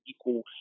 equal